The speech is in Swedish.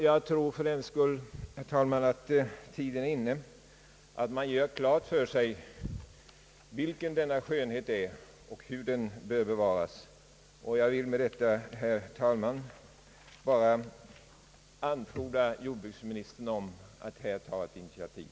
Jag tror fördenskull att tiden är inne att göra klart för sig vari denna skönhet består och hur den bör bevaras, och jag vill med detta bara uppfordra jordbruksministern att ta ett initiativ.